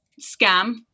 scam